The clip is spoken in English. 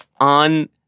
on